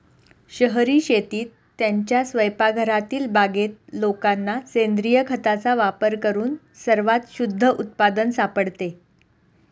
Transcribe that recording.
शहरी शेतीत, त्यांच्या स्वयंपाकघरातील बागेत लोकांना सेंद्रिय खताचा वापर करून सर्वात शुद्ध उत्पादन सापडते